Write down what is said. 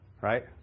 right